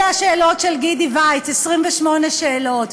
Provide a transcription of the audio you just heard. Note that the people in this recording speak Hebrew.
אלה השאלות של גידי וייץ, 28 שאלות.